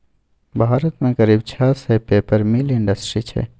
भारत मे करीब छह सय पेपर मिल इंडस्ट्री छै